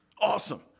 Awesome